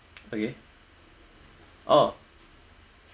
okay orh